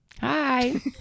Hi